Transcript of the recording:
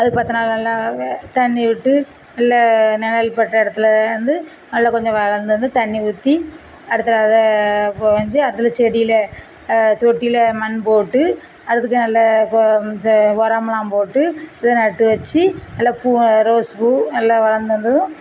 அதுக்கு பத்து நாள் நல்லா வே தண்ணி விட்டு நல்ல நினல் பட்ட இடத்துல வந்து நல்ல கொஞ்சம் வளர்ந்ததும் தண்ணி ஊற்றி அடுத்து அதை இப்போ வந்து அடுத்தது செடியில் தொட்டியில் மண் போட்டு அதுக்கு தான் நல்ல இப்போ செ உரம்லாம் போட்டு இதை நட்டு வச்சு நல்ல பூவும் ரோஸ் பூ நல்லா வளர்ந்ததும்